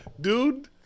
dude